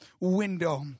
window